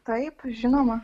taip žinoma